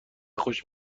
خوش